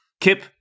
Kip